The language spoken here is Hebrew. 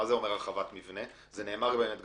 זה אומר, הרחבת מבנה?